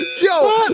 Yo